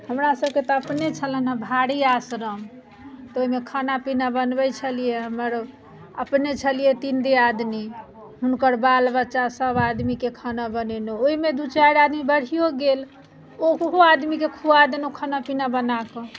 हमरासभके तऽ अपने छलनि हेँ भारी आश्रम तऽ ओहिमे खाना पीना बनबैत छलियै मगर अपने छलियै तीन दियादनी हुनकर बाल बच्चासभ आदमीके खाना बनेलहुँ ओहिमे दू चारि आदमी बढ़िओ गेल ओहो आदमीकेँ खुआ देलहुँ खाना पीना बना कऽ